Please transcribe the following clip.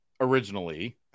originally